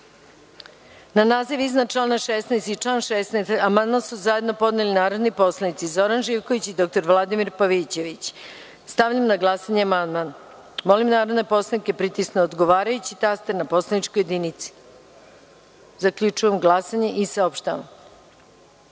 naziv iznad člana 3. i član 3. amandman su zajedno podneli narodni poslanici Zoran Živković i dr Vladimir Pavićević. Stavljam na glasanje amandman. Molim narodne poslanike da pritisnu odgovarajući taster na poslaničkoj jedinici. Zaključujem glasanje i saopštavam: